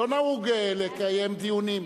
לא נהוג לקיים דיונים.